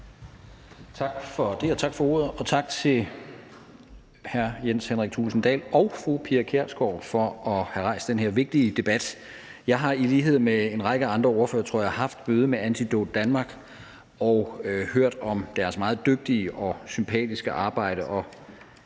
Geertsen (V): Tak for ordet. Og tak til hr. Jens Henrik Thulesen Dahl og fru Pia Kjærsgaard for at have rejst den her vigtige debat. Jeg har i lighed med en række andre ordførere, tror jeg, haft møde med Antidote Danmark og hørt om deres meget dygtige og sympatiske arbejde.